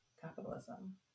capitalism